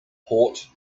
port